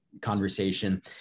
conversation